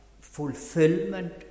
fulfillment